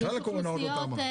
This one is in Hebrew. בכלל הקורונה עוד לא תמה.